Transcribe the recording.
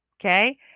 Okay